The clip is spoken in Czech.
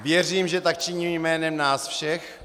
Věřím, že tak činím jménem nás všech.